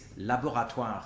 laboratoire